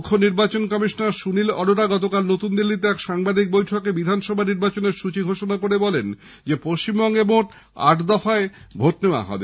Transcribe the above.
মুখ্য নির্বাচন কমিশনার সুনীল অরোরা গতকাল নতুন দিল্লিতে এক সাংবাদিক সম্মেলনে বিধানসভা নির্বাচনের সৃচী ঘোষণা করে জানান পশ্চিমবঙ্গে মোট আট দফায় ভোট নেওয়া হবে